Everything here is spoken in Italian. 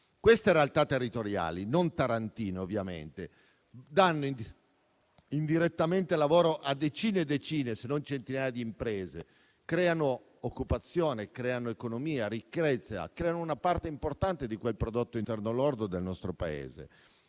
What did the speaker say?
Questa realtà territoriali - non tarantine, ovviamente - danno indirettamente lavoro a decine, se non centinaia di imprese, creano occupazione, economia, ricchezza, una parte importante del prodotto interno lordo del nostro Paese.